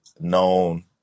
known